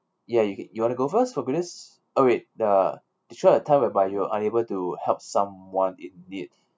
ya you ca~ you want to go first for greatest oh wait uh describe a time whereby you are unable to help someone in need